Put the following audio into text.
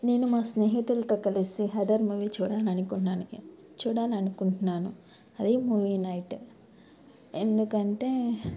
నేను మా స్నేహితులతో కలిసి హర్రర్ మూవీ చూడాలని అనుకున్నాను చూడాలనుకుంటున్నాను అదే మూవీ నైట్ ఎందుకంటే